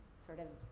sort of,